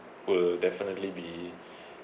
will definitely be